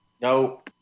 No